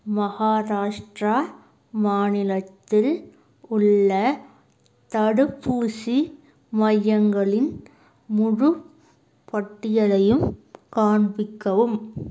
மகாராஷ்ட்ரா மாநிலத்தில் உள்ள தடுப்பூசி மையங்களின் முழுப் பட்டியலையும் காண்பிக்கவும்